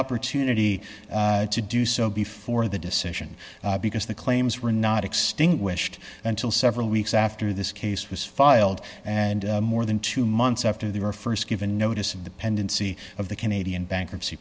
opportunity to do so before the decision because the claims were not extinguished until several weeks after this case was filed and more than two months after they were st given notice of the pendency of the canadian bankruptcy